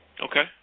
Okay